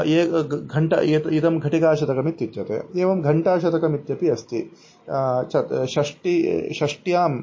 एका घण्टा यत् इदं घटिकाशतकमित्युच्यते एवं घण्टाशतकमित्यपि अस्ति चतुष्षष्टिः षष्ट्यां